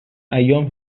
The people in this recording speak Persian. ایام